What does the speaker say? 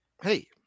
hey